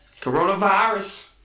Coronavirus